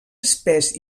espès